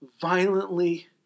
violently